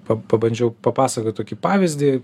pa pabandžiau papasakot tokį pavyzdį